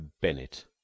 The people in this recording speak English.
Bennett